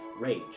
rage